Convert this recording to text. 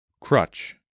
Crutch